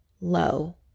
low